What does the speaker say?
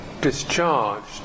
discharged